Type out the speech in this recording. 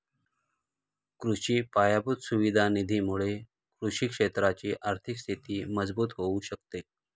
कृषि पायाभूत सुविधा निधी मुळे कृषि क्षेत्राची आर्थिक स्थिती मजबूत होऊ शकते